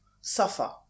suffer